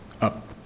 up